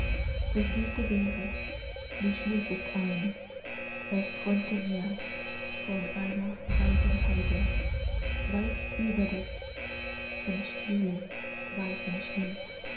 das beste wäre du schliefest ein es träumte mir von einer weiten heide weit überdeckt von stillem weißem schnee